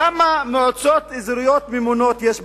כמה מועצות אזוריות ממונות יש במדינה?